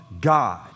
God